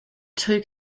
two